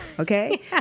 Okay